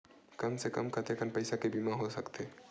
कम से कम कतेकन पईसा के बीमा हो सकथे?